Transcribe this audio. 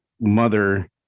mother